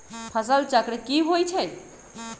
फसल चक्र की होई छै?